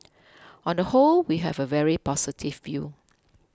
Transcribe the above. on the whole we have a very positive view